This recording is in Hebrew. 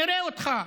נראה אותך.